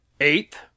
Eighth